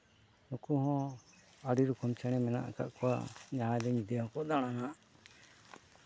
ᱱᱩᱠᱩ ᱦᱚᱸ ᱟᱹᱰᱤ ᱨᱚᱠᱚᱢ ᱪᱮᱬᱮ ᱢᱮᱱᱟᱜ ᱟᱠᱟᱜ ᱠᱚᱣᱟ ᱡᱟᱦᱟᱸᱭ ᱫᱚ ᱧᱤᱫᱟᱹ ᱦᱚᱸ ᱠᱚ ᱫᱟᱬᱟᱱᱟ